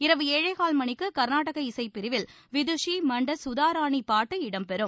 இரவு ஏழேகால் மணிக்குகர்நாடக இசைப் பிரிவில் விதுஷிமண்டசுதாராணிபாட்டு இடம்பெறுகிறது